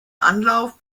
anlauf